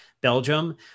Belgium